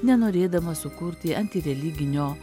nenorėdamas sukurti antireliginio